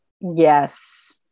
Yes